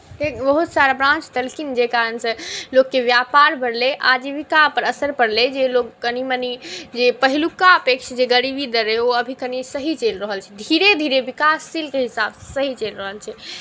बहुत सारा ब्रान्च देलखिन जाहि कारणसँ लोकके व्यापार बढ़लै आजीविकापर असर पड़लै जे लोक कनि मनि जे पहिलुका अपेक्षा जे गरीबी दर रहै ओ अभी कनि सही चलि रहल छै धीरे धीरे विकासशीलके हिसाबसँ सही चलि रहल छै